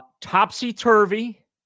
topsy-turvy